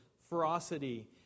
ferocity